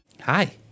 Hi